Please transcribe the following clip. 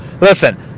Listen